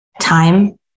time